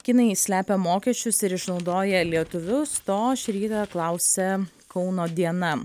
kinai slepia mokesčius ir išnaudoja lietuvius to šį rytą klausia kauno diena